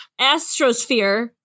astrosphere